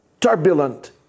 turbulent